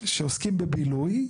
שעוסקים בבילוי.